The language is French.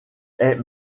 est